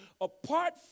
apart